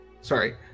Sorry